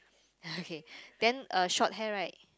okay then uh short hair right